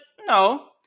No